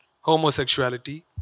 homosexuality